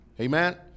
Amen